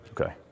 Okay